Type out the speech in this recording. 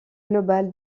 global